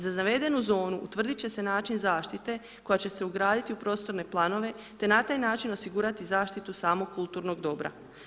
Za zavedenu zonu utvrditi će se način zaštite koja će se ugraditi u prostorne planove te na taj način osigurati zaštitu samog kulturnog dobra.